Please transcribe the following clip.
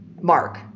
Mark